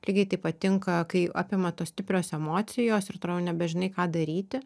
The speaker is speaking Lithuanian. lygiai taip pat tinka kai apima tos stiprios emocijos ir atrodo nebežinai ką daryti